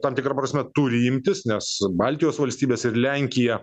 tam tikra prasme turi imtis nes baltijos valstybės ir lenkija